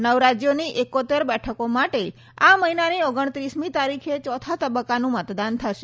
નવ રાજયોની એકોત્તેર બેઠકો માટે આ મહિનાની ઓગણતીસમી તારીખે ચોથા તબકકાનું મતદાન થશે